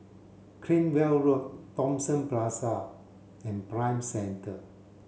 Cranwell Road Thomson Plaza and Prime Centre